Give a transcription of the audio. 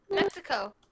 Mexico